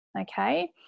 Okay